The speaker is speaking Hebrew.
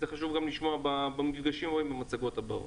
וחשוב לשמוע גם במפגשים הבאים ובמצגות הבאות.